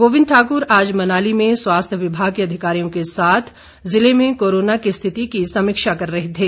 गोविंद ठाकुर आज मनाली में स्वास्थय विभाग के अधिकारियों के साथ ज़िले में कोरोना की स्थिति की समीक्षा कर रहे थें